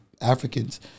Africans